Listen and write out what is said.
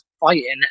fighting